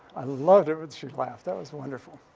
i loved it when she laughed, that was wonderful.